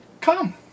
come